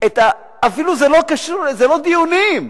זה אפילו לא דיונים,